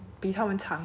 okay lah